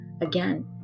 Again